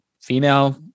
female